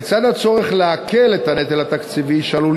לצד הצורך להקל את הנטל התקציבי שעלול